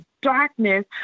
darkness